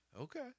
Okay